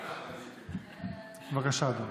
בבקשה, אדוני.